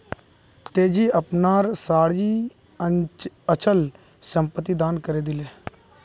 तेजी अपनार सारी अचल संपत्ति दान करे दिले